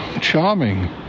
Charming